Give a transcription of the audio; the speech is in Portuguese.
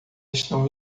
estão